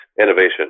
innovation